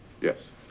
Yes